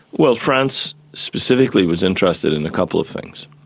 well, france specifically was interested in a couple of things.